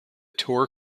tour